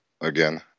again